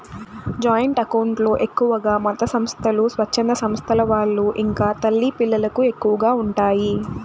joint account లో ఎక్కువగా మతసంస్థలు, స్వచ్ఛంద సంస్థల వాళ్ళు ఇంకా తల్లి పిల్లలకు ఎక్కువగా ఉంటాయి